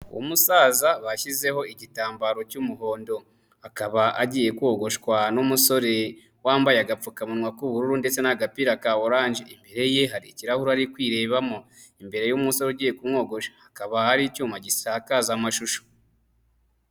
Umusaza bashyizeho igitambaro cy'umuhondo, akaba agiye kogoshwa n'umusore wambaye agapfukamunwa k'ubururu ndetse n'agapira ka oranje. Imbere ye hari ikirahure ari kwirebamo, imbere y'umusore ugiye kumwogosha hakaba hari icyuma gisakaza amashusho.